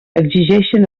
exigeixen